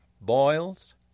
Boils